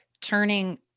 turning